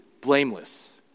Blameless